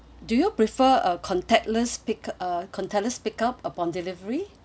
do you prefer a contactless pick up uh contactless pick up upon delivery